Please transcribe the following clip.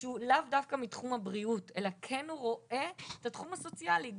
שהוא לאו דווקא מתחום הבריאות אלא כן רואה את התחום הסוציאלי.